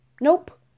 Nope